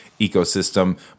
ecosystem